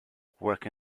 work